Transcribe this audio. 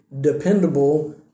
dependable